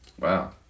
Wow